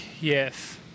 Yes